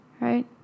Right